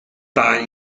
time